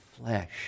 flesh